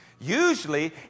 Usually